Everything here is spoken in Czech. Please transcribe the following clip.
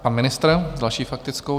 Pan ministr, další faktickou.